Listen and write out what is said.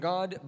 God